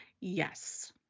Yes